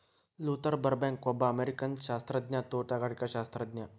Luther ಬರ್ಬ್ಯಾಂಕ್ಒಬ್ಬ ಅಮೇರಿಕನ್ಸಸ್ಯಶಾಸ್ತ್ರಜ್ಞ, ತೋಟಗಾರಿಕಾಶಾಸ್ತ್ರಜ್ಞ